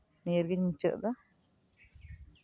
ᱱᱤᱭᱟᱹ ᱜᱤᱧ ᱢᱩᱪᱟᱹᱫ ᱮᱫᱟ